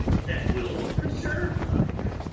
that will preserve life,